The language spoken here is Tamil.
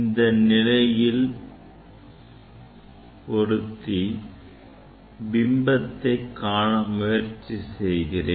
இந்தநிலையில் பொருத்தி பிம்பத்தை காண முயற்சி செய்கிறேன்